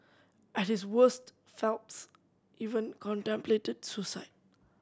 at his worst Phelps even contemplated suicide